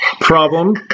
problem